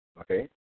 okay